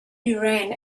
duran